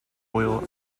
oil